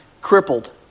crippled